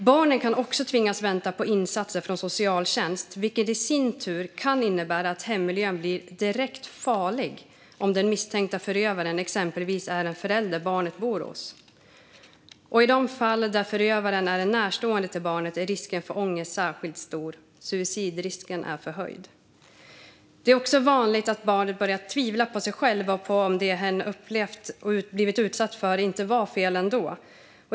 Barnen kan tvingas vänta på insatser från socialtjänst, vilket i sin tur kan innebära att hemmiljön blir direkt farlig, exempelvis om den misstänkte förövaren är en förälder barnet bor hos. I de fall där förövaren är en närstående till barnet är risken för ångest särskilt stor. Suicidrisken är förhöjd. Det är också vanligt att barnet börjar tvivla på sig själv och på om det hen blivit utsatt för inte var fel ändå.